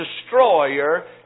destroyer